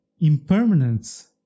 impermanence